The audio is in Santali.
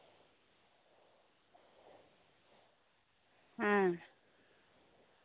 ᱦᱮᱸ